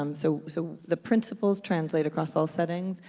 um so so the principles translate across all settings.